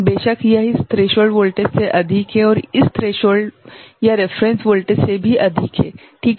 बेशक यह इस थ्रेशोल्ड वोल्टेज से अधिक है और इस थ्रेशोल्ड या रेफरेंस वोल्टेज से भी अधिक है ठीक है